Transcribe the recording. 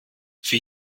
für